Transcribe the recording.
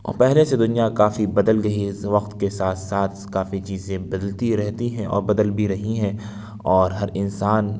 اور پہلے سے دنیا کافی بدل گئی ہے اس وقت کے ساتھ ساتھ کافی چیزیں بدلتی رہتی ہیں اور بدل بھی رہی ہیں اور ہر انسان